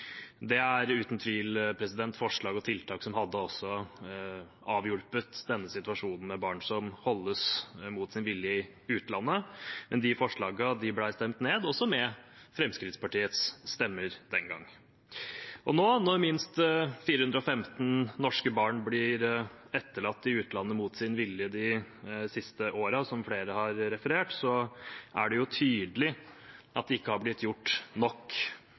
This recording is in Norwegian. Det er uten tvil forslag og tiltak som hadde avhjulpet denne situasjonen med barn som holdes mot sin vilje i utlandet, men de forslagene ble stemt ned, også med Fremskrittspartiets stemmer den gang. Nå, når minst 415 norske barn har blitt etterlatt i utlandet mot sin vilje de siste årene, som flere har referert til, er det tydelig at det ikke har blitt gjort nok.